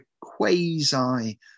quasi